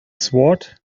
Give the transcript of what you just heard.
sword